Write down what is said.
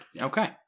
Okay